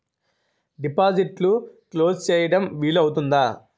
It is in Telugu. డిపాజిట్లు క్లోజ్ చేయడం వీలు అవుతుందా?